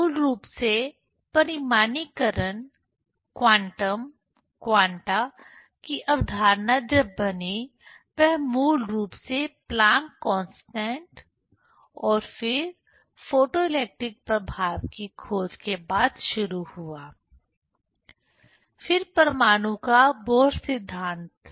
तो मूल रूप से परिमाणीकरण क्वांटम क्वांटा कि अवधारणा जब बनी वह मूल रूप से प्लांकस कांस्टेंट Planck's constant और फिर फोटोइलेक्ट्रिक प्रभाव की खोज के बाद शुरू हुआ फिर परमाणु का बोह्र सिद्धांत